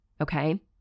Okay